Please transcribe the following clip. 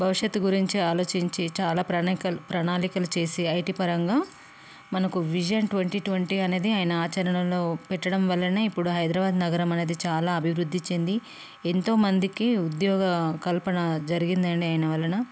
భవిష్యత్తు గురించి ఆలోచించి చాలా ప్రణయ్ ప్రణాళికలు చేసి ఐ టి పరంగా మనకు విజన్ ట్వెంటీ ట్వెంటీ అనేది ఆయన ఆచరణలో పెట్టడం వల్లనే ఇప్పుడు హైదరాబాద్ నగరం అనేది చాలా అభివృద్ధి చెంది ఎంతో మందికి ఉద్యోగ కల్పన జరిగిందండి ఆయన వలన